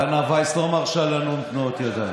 דנה ויס לא מרשה לנו עם תנועות ידיים.